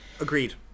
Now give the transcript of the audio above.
Agreed